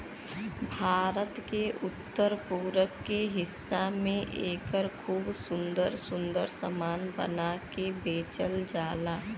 भारत के उत्तर पूरब के हिस्सा में एकर खूब सुंदर सुंदर सामान बना के बेचल जाला